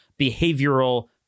behavioral